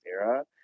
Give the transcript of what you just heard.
era